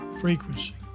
frequency